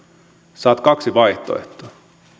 saat kaksi vaihtoehtoa